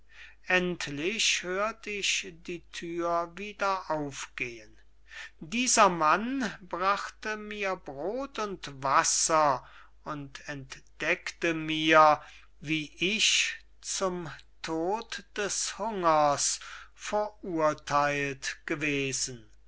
endlich hört ich die thür wieder aufgehen dieser mann brachte mir brod und wasser und entdeckte mir wie ich zum tod des hungers verurtheilt gewesen